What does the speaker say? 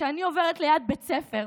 כשאני עוברת ליד בית ספר,